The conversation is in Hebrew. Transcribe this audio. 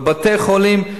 בבתי-חולים,